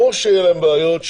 ברור שיהיו להן בעיות,